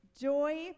joy